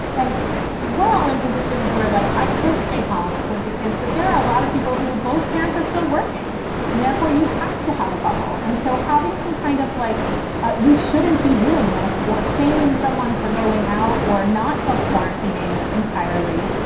and we're all in positions where like i could stay home with the kids. but there are a lot of people who both parents are still working and therefore you have to have a bubble. and so having some kind of like you shouldn't be doing this or shaming someone for going out or not self quarantining entirely.